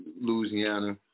Louisiana